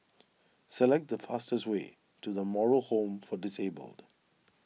select the fastest way to the Moral Home for Disabled